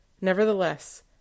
Nevertheless